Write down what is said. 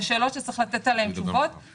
אלה שאלות שצריך לתת עליהן תשובות.